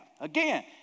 Again